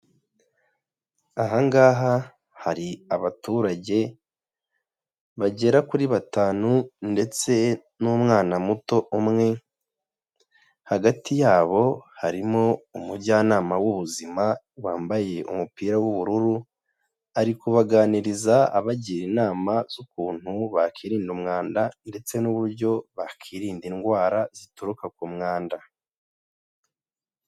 Ahangaha hari abaturage bagera kuri batanu ndetse n'umwana muto umwe, hagati yabo harimo umujyanama w'ubuzima wambaye umupira w'ubururu ari kubaganiriza abagira inama z'ukuntu bakiri umwanda ndetse n'uburyo bakirinda indwara zituruka ku mwanda.